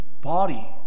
Body